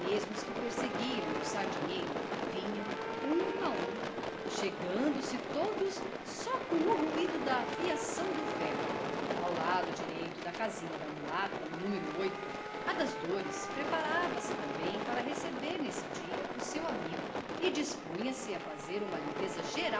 mesmos que perseguiam o sardinheiro vinham um a um chegando-se todos só com o ruído da afiação do ferro ao lado direito da casinha da mulata no a das dores preparava-se também para receber nesse dia o seu amigo e dispunha-se a fazer uma